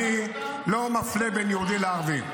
אני לא מפלה בין יהודי לערבי.